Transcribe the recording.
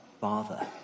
Father